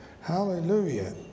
Hallelujah